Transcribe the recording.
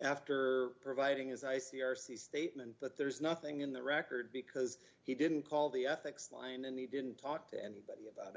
after providing his i c r c statement but there's nothing in the record because he didn't call the ethics line and he didn't talk to anybody a